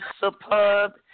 superb